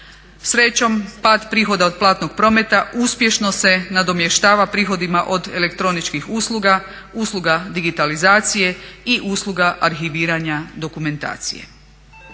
Srećom pad prihoda od platnog prometa uspješno se nadomještava prihodima od elektroničkih usluga, usluga digitalizacije i usluga arhiviranja dokumentacije.